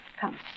Come